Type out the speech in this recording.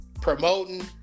promoting